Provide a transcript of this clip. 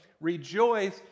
Rejoice